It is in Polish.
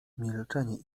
milczenie